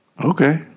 Okay